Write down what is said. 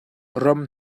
ram